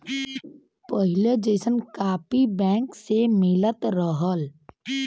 पहिले जइसन copy bank से मिलत रहल